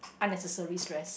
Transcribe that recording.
unnecessary stress